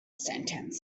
sentence